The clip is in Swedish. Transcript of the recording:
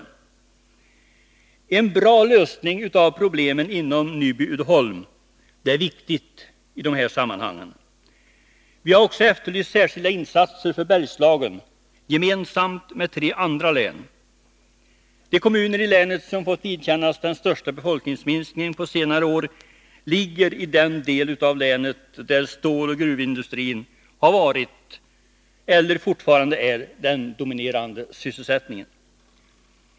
Att finna en bra lösning av problemen inom Nyby-Uddeholm är viktigt i detta sammanhang. Vi har också efterlyst särskilda insatser för Bergslagen, gemensamt med tre andra län. De kommuner i länet som fått vidkännas den största befolkningsminskningen på senare år ligger i den del av länet där ståloch gruvindustrin har varit eller fortfarande är den dominerande sysselsättningen.